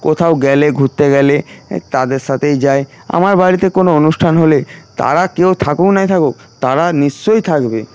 কোথাও গেলে ঘুরতে গেলে তাদের সাথেই যাই আমার বাড়িতে কোনো অনুষ্ঠান হলে তারা কেউ থাকুক না থাকুক তারা নিশ্চয়ই থাকবে